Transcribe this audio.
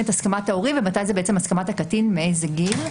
את הסכמת ההורים ומתי זה הסכמת הקטין, מאיזה גיל,